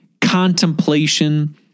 contemplation